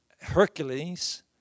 Hercules